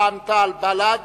רע"ם-תע"ל ובל"ד